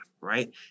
right